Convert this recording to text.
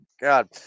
God